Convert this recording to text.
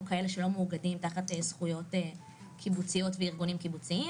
כאלה שלא מאוגדים תחת זכויות קיבוציות וארגונים קיבוציים.